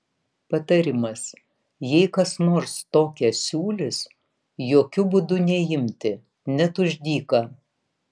patarimas jei kas nors tokią siūlys jokiu būdu neimti net už dyką